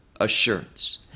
assurance